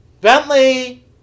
Bentley